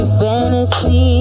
fantasy